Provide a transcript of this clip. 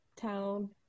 town